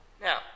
now